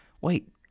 wait